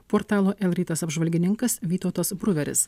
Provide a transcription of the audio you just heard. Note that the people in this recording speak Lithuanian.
portalo el rytas apžvalgininkas vytautas bruveris